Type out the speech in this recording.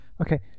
Okay